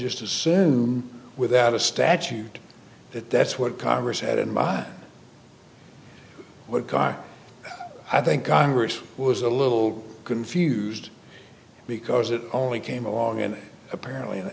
just assume without a statute that that's what congress had in mind would car i think congress was a little confused because it only came along and apparently the